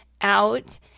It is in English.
out